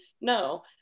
No